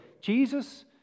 Jesus